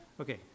okay